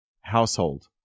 household